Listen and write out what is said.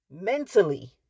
mentally